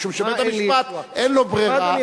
משום שבית-המשפט אין לו ברירה,